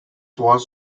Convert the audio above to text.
was